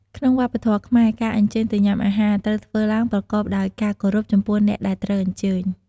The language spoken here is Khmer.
ក្នុងវប្បធម៍ខ្មែរ ការអញ្ជើញទៅញ៉ាំអាហារ ត្រូវធ្វើឡើងប្រកបដោយការគោរពចំពោះអ្នកដែលត្រូវអញ្ជើញ។